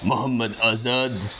محمد آزاد